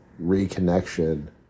reconnection